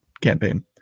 campaign